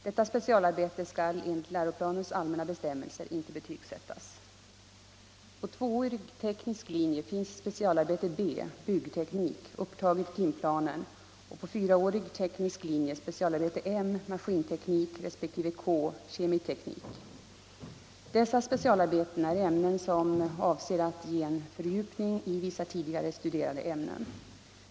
Detta specialarbete skall enligt läroplanens allmänna bestämmelser inte betygsättas. På tvåårig teknisk linje finns specialarbete B — byggteknik — upptaget i timplanen och på fyraårig teknisk linje specialarbete M - maskinteknik —- resp. K — kemiteknik. Dessa specialarbeten är ämnen och avser att ge en fördjupning i vissa tidigare studerade ämnen.